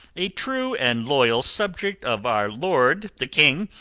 a true and loyal subject of our lord the king,